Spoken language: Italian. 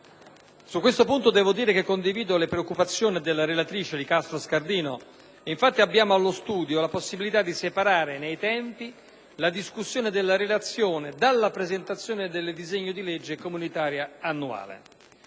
Su questo punto devo dire che condivido le preoccupazioni della relatrice, senatrice Licastro Scardino: abbiamo infatti allo studio la possibilità di separare nei tempi la discussione della Relazione dalla presentazione del disegno di legge comunitaria annuale.